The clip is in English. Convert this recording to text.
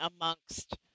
amongst